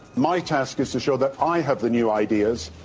my task is to show that i have the new ideas,